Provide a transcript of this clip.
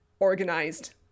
organized